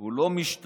הוא לא משתתף